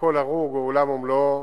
כל הרוג הוא עולם ומלואו,